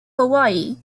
hawaii